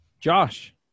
Josh